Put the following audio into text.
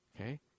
okay